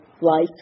life